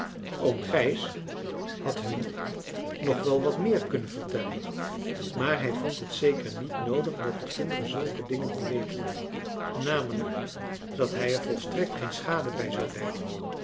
oom gijs had hun nog wel wat meer kunnen vertellen maar hij vond het zeker niet noodig dat kinderen zulke dingen al weten namelijk dat hij er volstrekt geen schade bij zou lijden